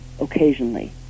occasionally